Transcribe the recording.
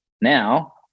Now